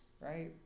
right